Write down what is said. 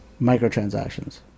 Microtransactions